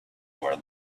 for